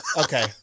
okay